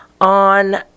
on